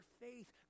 faith